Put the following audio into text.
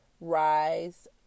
rise